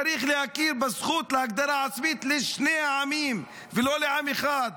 צריך להכיר בזכות להגדרה עצמית לשני העמים ולא לעם אחד.